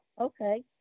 Okay